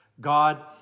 God